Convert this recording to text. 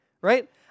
right